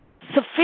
sufficient